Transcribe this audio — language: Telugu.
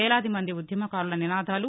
వేలాది మంది ఉద్యమకారుల నినాదాలు